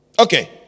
Okay